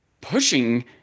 pushing